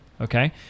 okay